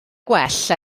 gwell